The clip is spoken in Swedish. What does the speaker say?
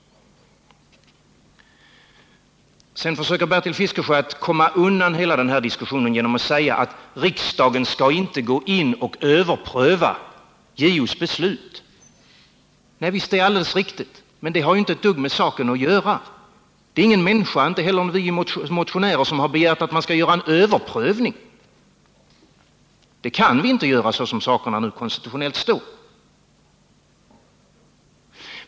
Sedan försöker Bertil Fiskesjö komma undan hela den här diskussionen genom att säga att riksdagen inte skall gå in och överpröva JO:s beslut. Nej, visst, det är alldeles riktigt. Men det har ju inte ett dugg med saken att göra. Ingen människa, inte heller vi motionärer, har begärt att man skall göra en överprövning. Det kan vi inte göra som det konstitutionella läget nu är.